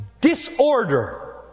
disorder